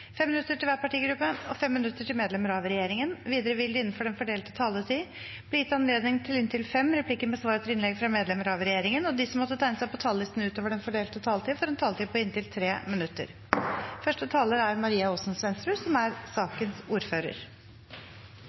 fem replikker med svar etter innlegg fra medlemmer av regjeringen, og at de som måtte tegne seg på talerlisten utover den fordelte taletid, får en taletid på inntil 3 minutter.